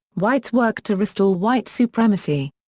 whites worked to restore white supremacy.